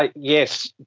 like yes,